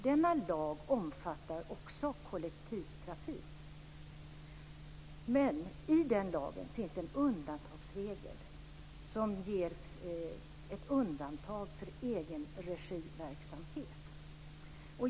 Denna lag omfattar också kollektivtrafik. I den lagen finns det en undantagsregel som ger undantag för egenregiverksamhet.